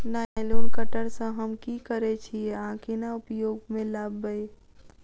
Nylon cutter सँ हम की करै छीयै आ केना उपयोग म लाबबै?